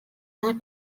not